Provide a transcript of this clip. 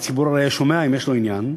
והציבור הרי היה שומע, אם יש לו עניין,